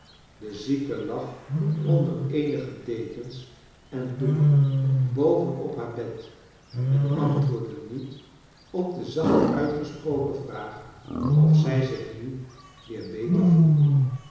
de zieke lag onder eenige dekens en doeken boven op haar bed en antwoordde niet op de zacht uitgesproken vraag of zij zich nu weer beter voelde